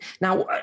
Now